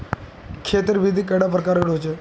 खेत तेर विधि कैडा प्रकारेर होचे?